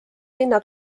linna